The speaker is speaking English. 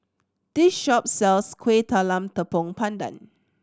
this shop sells Kueh Talam Tepong Pandan